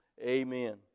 amen